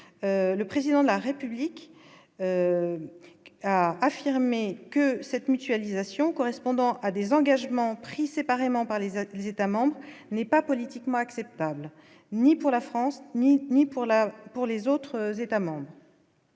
le président de la République a affirmé que cette mutualisation correspondant à des engagements pris séparément par les tous les États-membres n'est pas politiquement acceptable ni pour la France ni, ni pour la pour les autres États-membres.